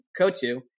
KOTU